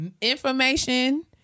information